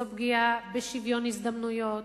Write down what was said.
זו פגיעה בשוויון הזדמנויות,